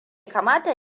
kamata